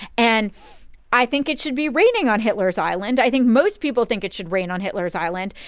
and i think it should be raining on hitler's island. i think most people think it should rain on hitler's island.